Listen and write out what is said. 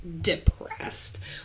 depressed